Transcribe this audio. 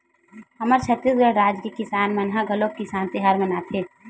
हमर छत्तीसगढ़ राज के किसान मन ह घलोक किसान तिहार मनाथे